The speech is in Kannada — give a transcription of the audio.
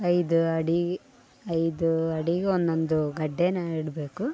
ಐದು ಅಡಿ ಐದು ಅಡಿಗೂ ಒನ್ನೊಂದು ಗಡ್ಡೆನ ಇಡಬೇಕು